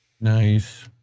Nice